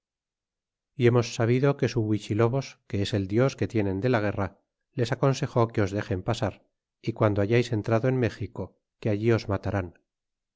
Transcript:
y hemos sabido que su huichilobos que es el dios que tienen de la guerra les aconsejó que os dexen pasar é cuando hayais entrado en méxico que allí os matarán